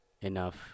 enough